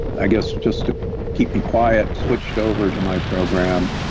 i guess just to keep me quiet, switched over to my program,